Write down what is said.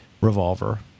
Revolver